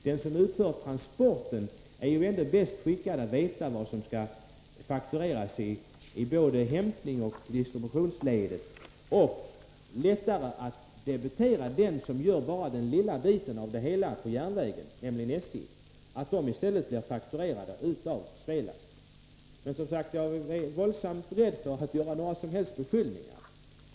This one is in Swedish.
Den som utför transporten är ändå bäst skickad att veta vad som skall faktureras i både hämtningsoch distributionsledet, och det är lättare att Svelast debiterar den som gör bara den lilla biten av hela transportarbetet på järnvägen, nämligen SJ. Men jag är som sagt våldsamt rädd för att komma med några som helst beskyllningar.